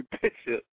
picture